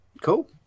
cool